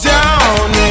Down